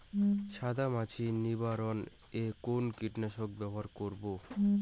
সাদা মাছি নিবারণ এ কোন কীটনাশক ব্যবহার করব?